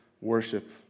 worship